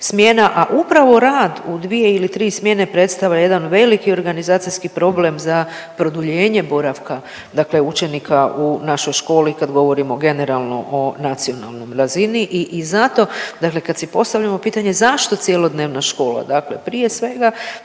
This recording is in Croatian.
a upravo rad u dvije ili tri smjene predstavlja jedan veliki organizacijski problem za produljenje boravka dakle učenika u našoj školi kad govorimo generalno o nacionalnom razini i, i zato dakle kad si postavljamo pitanje, zašto cjelodnevna škola dakle prije svega